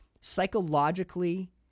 psychologically